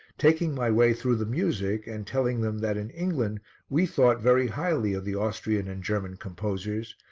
taking my way through the music and telling them that in england we thought very highly of the austrian and german composers,